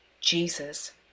Jesus